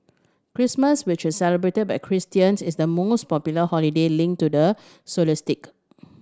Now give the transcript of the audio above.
Christmas which is celebrated by Christians is the most popular holiday linked to the